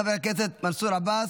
חבר הכנסת מנסור עבאס,